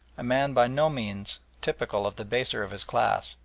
a man by no means typical of the baser of his class,